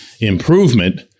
improvement